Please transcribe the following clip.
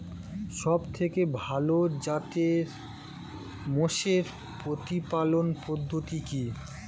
সবথেকে ভালো জাতের মোষের প্রতিপালন পদ্ধতি কি?